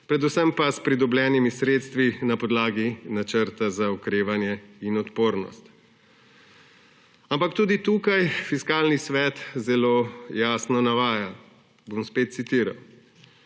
predvsem pa s pridobljenimi sredstvi na podlagi načrta za okrevanje in odpornost. Ampak tudi tukaj Fiskalni svet zelo jasno navaja, bom spet citiral: